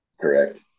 Correct